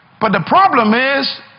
but the problem is,